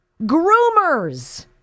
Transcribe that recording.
Groomers